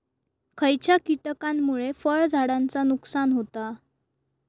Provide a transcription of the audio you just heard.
खयच्या किटकांमुळे फळझाडांचा नुकसान होता?